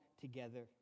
Together